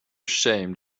ashamed